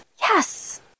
Yes